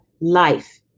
life